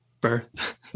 birth